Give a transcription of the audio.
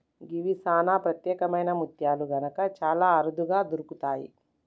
గివి సానా ప్రత్యేకమైన ముత్యాలు కనుక చాలా అరుదుగా దొరుకుతయి